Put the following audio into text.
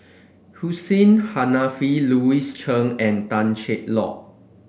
Hussein Haniff Louis Chen and Tan Cheng Lock